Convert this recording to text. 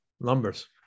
numbers